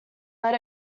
let